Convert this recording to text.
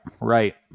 right